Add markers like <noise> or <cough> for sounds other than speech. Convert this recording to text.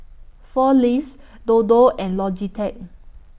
four Leaves <noise> Dodo and Logitech